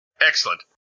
Excellent